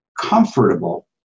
comfortable